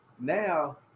now